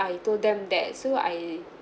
I told them that so I